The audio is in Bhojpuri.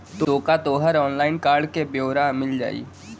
तोके तोहर ऑनलाइन कार्ड क ब्योरा मिल जाई